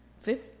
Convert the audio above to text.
fifth